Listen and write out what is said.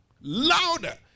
louder